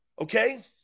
Okay